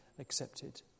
accepted